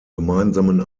gemeinsamen